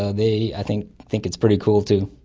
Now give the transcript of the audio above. ah they think think it's pretty cool too.